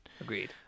Agreed